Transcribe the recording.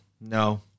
No